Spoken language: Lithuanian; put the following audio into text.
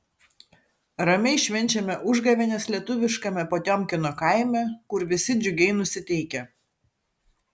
ramiai švenčiame užgavėnes lietuviškame potiomkino kaime kur visi džiugiai nusiteikę